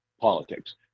politics